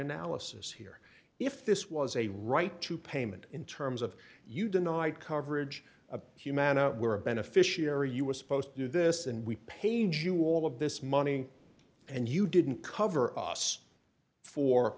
analysis here if this was a right to payment in terms of you denied coverage of humana were a beneficiary you were supposed to do this and we paid you all of this money and you didn't cover us for